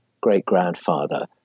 great-grandfather